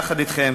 יחד אתכם,